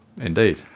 Indeed